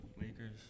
Lakers